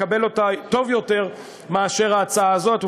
לקבל אותה טוב יותר מאשר את ההצעה הזאת.